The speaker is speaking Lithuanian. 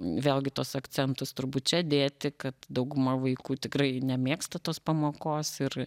vėlgi tuos akcentus turbūt čia dėti kad dauguma vaikų tikrai nemėgsta tos pamokos ir